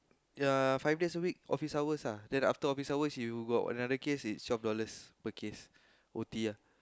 ya five days a week office hours ah then after office hours you got another case is twelve dollars per case O_T ah